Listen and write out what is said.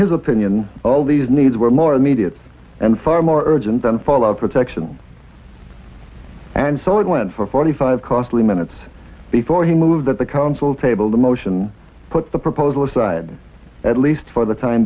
his opinion all these needs were more immediate and far more urgent than fall of protection and so it went for forty five costly minutes before he moved that the council table the motion put the proposal aside at least for the time